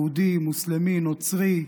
יהודי, מוסלמי, נוצרי,